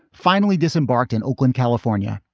finally disembarked in oakland, california,